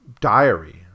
diary